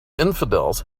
infidels